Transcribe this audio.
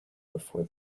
before